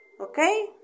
okay